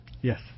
Yes